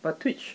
but twitch